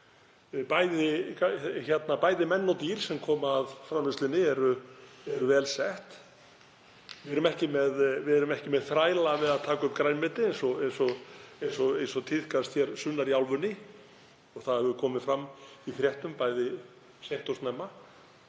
bæði menn og dýr sem koma að framleiðslunni eru vel sett. Við erum ekki með þræla við að taka upp grænmeti eins og tíðkast hér sunnar í álfunni, og það hefur komið fram í fréttum bæði seint og snemma.